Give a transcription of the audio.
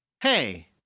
hey